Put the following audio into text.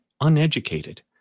uneducated